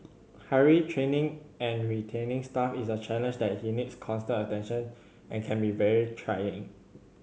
hiring training and retaining staff is a challenge that he needs constant attention and can be very trying